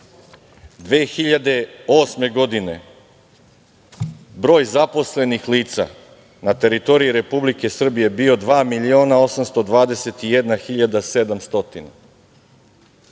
2008. godine broj zaposlenih lica na teritoriji Republike Srbije bio 2.821.700, a 2012. godine